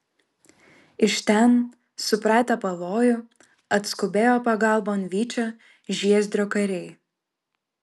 iš ten supratę pavojų atskubėjo pagalbon vyčio žiezdrio kariai